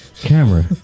Camera